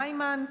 מימן,